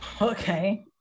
Okay